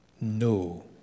no